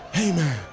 amen